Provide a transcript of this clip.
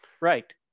Right